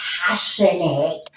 passionate